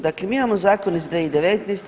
Dakle, mi imamo zakon iz 2019.